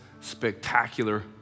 spectacular